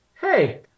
Hey